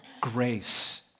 grace